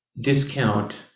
discount